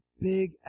big